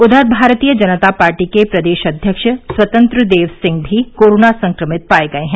उधर भारतीय जनता पार्टी के प्रदेश अध्यक्ष स्वतंत्र देव सिंह भी कोरोना संक्रमित पाए गए हैं